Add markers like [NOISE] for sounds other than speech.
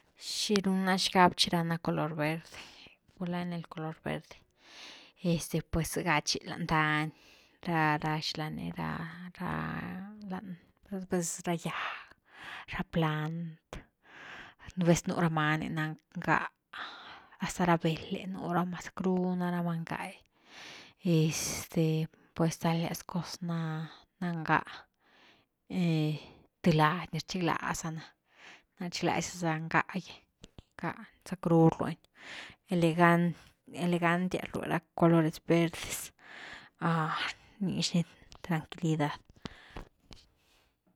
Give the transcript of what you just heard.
¿Xi runa xgab chi ranáh color verde, gulá en el color verde? Este pues zega chi lan dany, ra-ra, ra xilani ra-ra-ra, ra lat rh’dis, ra gyag, ra plant, nú vez nú ra many na ngáh, hasta ra bel’e nú rama zackru nará ma ngah’i este pues stalias cos na ngáh, [HESITATION] th lady ni rchiglaza ná, rchiglasiaz’a ngáh gy, zackru rluini, elegant, elegantias rlui ra colores verdes [HESITATION] rnix ni tranquilidad.